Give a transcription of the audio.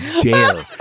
dare